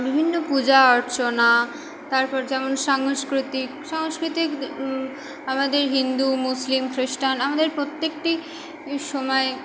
বিভিন্ন পূজা অর্চনা তারপর যেমন সাংস্কৃতিক সাংস্কৃতিক আমাদের হিন্দু মুসলিম খ্রিস্টান আমাদের প্রত্যেকটি ই সময়